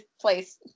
place